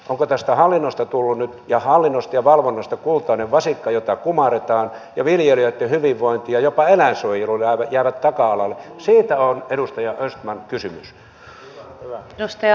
onko hallinnosta ja valvonnasta tullut nyt kultainen vasikka jota kumarretaan ja viljelijöitten hyvinvointi ja jopa eläinsuojelu jäävät taka alalle siitä on edustaja östman kysymys